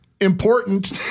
Important